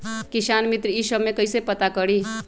किसान मित्र ई सब मे कईसे पता करी?